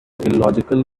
illogical